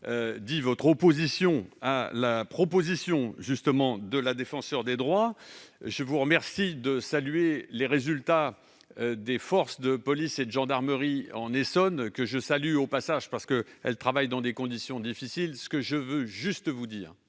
dit votre opposition à la proposition de Mme la Défenseure des droits. Je vous remercie de saluer les résultats des forces de police et de gendarmerie en Essonne. Je leur rends hommage, elles qui travaillent dans des conditions difficiles. Permettez-moi de vous dire,